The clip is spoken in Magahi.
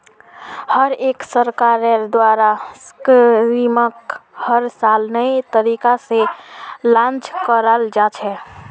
हर एक सरकारेर द्वारा स्कीमक हर साल नये तरीका से लान्च कराल जा छे